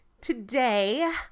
today